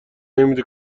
نمیده